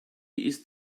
ist